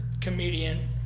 comedian